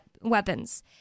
weapons